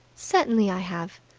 certainly i have!